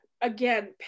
again